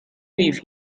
with